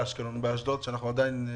הטבות מס לא יתאים כאן.